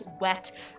wet